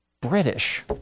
British